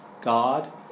God